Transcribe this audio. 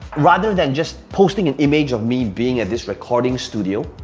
rather than just posting an image of me being at this recording studio,